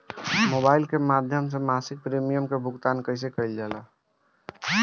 Mobile के माध्यम से मासिक प्रीमियम के भुगतान कैसे कइल जाला?